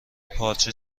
پارچه